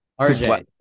RJ